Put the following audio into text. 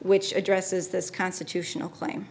which addresses this constitutional claim